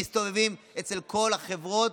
מסתובבים אצל כל החברות,